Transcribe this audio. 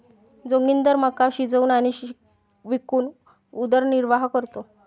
जोगिंदर मका शिजवून आणि विकून उदरनिर्वाह करतो